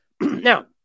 Now